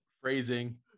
phrasing